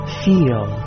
feel